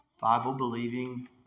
Bible-believing